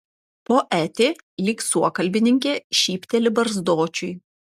poetė lyg suokalbininkė šypteli barzdočiui